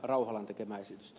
rauhalan ehdotusta